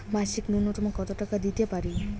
মাসিক নূন্যতম কত টাকা দিতে পারি?